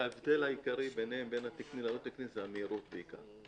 ההבדל העיקרי בין התקני ללא תקני זה המהירות בעיקר.